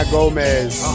Gomez